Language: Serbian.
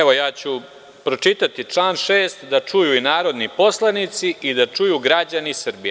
Evo ja ću pročitati član 6. da čuju i narodni poslanici i da čuju građani Srbije.